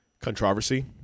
controversy